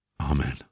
Amen